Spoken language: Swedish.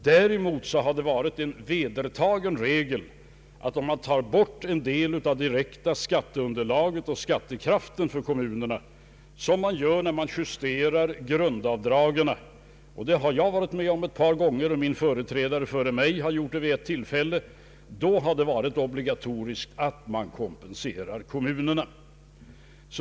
Däremot har det varit en vedertagen regel att om man tar bort en del av det direkta skatteunderlaget och skattekraften för kommunerna, vilket man ju gör när man justerar grundavdragen — det har jag varit med om ett par gånger, och min företrädare gjorde det vid ett tillfälle — då har det varit obligatoriskt att man kompenserat kommunerna.